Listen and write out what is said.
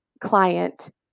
client